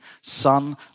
son